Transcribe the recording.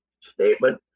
statement